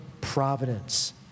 providence